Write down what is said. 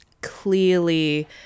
clearly